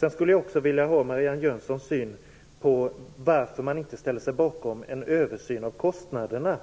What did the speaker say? Jag skulle också vilja höra Marianne Jönssons uppfattning om anledningen till att man inte ställer sig bakom en översyn av kostnaderna